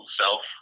self